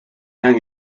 hung